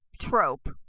trope